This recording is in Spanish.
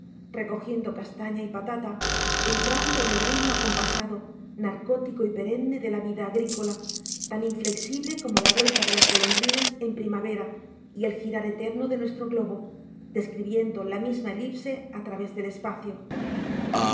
recogiendo castaña y patata entrando en el ritmo acompasado narcótico y perenne de la vida agrícola tan inflexible como la vuelta de las golondrinas en primavera y el girar eterno de nuestro globo describiendo la misma elipse al través del espacio